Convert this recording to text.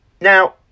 Now